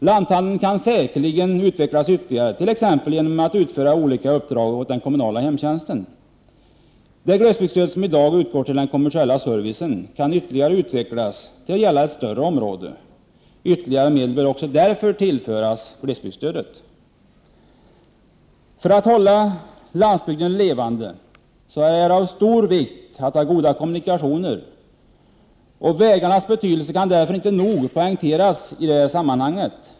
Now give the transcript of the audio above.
Lanthandeln kan säkerligen utvecklas ytterligare, t.ex. genom att utföra olika uppdrag åt den kommunala hemtjänsten. Det glesbygdsstöd som i dag utgår till den kommersiella servicen kan ytterligare utvecklas till att gälla ett större område. Ytterligare medel bör också därför tillföras glesbygdsstödet. För att landsbygden skall kunna hållas levande är det av stor vikt att det finns goda kommunikationer. Vägarnas betydelse kan därför inte nog poängteras i detta sammanhang.